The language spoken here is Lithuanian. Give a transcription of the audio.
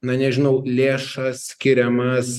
na nežinau lėšas skiriamas